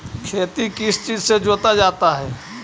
खेती किस चीज से जोता जाता है?